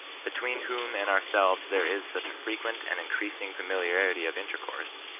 between whom and ourselves there is such a frequent and increasing familiarity of in tercourse,